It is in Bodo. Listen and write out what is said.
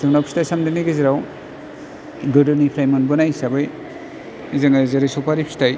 जोंनाव फिथाइ सामथाइनि गेजेराव गोदोनिफ्राय मोनबोनाय हिसाबै जोङो जेरै सुफारि फिथाइ